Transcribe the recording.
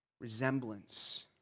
resemblance